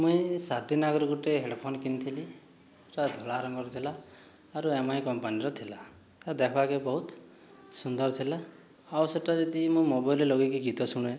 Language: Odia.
ମୁଇଁ ସାତ ଦିନ୍ ଅଗରୁ ଗୁଟେ ହେଡ଼ଫୋନ କିଣିଥିଲି ସେଟା ଧଳା ରଙ୍ଗର ଥିଲା ଆର୍ ଏମଆଇ କମ୍ପାନୀର ଥିଲା ଆଉ ଦେଖ୍ବାକେ ବି ବହୁତ ସୁନ୍ଦର ଥିଲା ଆଉ ସେଟା ଯଦି ମୁଁ ମୋବାଇଲରେ ଲଗେଇକି ଗୀତ ଶୁଣେ